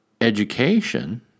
education